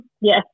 Yes